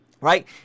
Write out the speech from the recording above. right